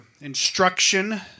instruction